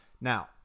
Now